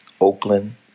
Oakland